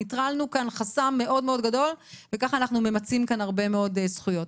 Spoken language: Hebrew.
ניטרלנו כאן חסם מאוד מאוד גדול וכך אנחנו ממצאים כאן הרבה מאוד זכויות.